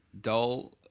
dull